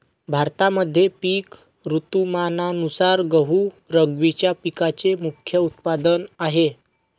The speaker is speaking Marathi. भारतामध्ये पिक ऋतुमानानुसार गहू रब्बीच्या पिकांचे मुख्य उत्पादन आहे